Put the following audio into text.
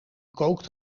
kookt